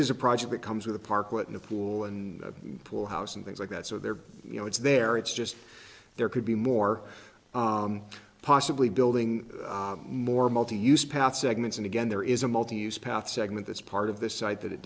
is a project that comes with a park in the pool and the pool house and things like that so there you know it's there it's just there could be more possibly building more multi use path segments and again there is a multi use path segment that's part of the site that it